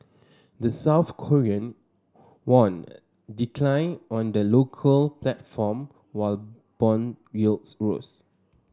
the South Korean won declined on the local platform while bond yields rose